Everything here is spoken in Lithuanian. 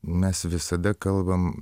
mes visada kalbam